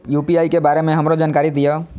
UPI के बारे में हमरो जानकारी दीय?